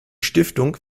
stiftung